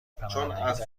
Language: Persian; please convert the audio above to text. پناهندگی